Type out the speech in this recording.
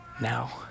now